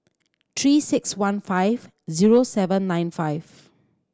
Three Six One five zero seven nine five